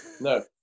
No